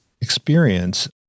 experience